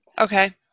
Okay